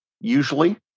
usually